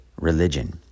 religion